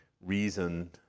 reason